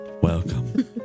Welcome